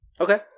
Okay